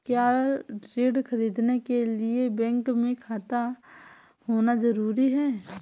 क्या ऋण ख़रीदने के लिए बैंक में खाता होना जरूरी है?